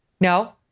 No